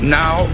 now